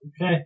Okay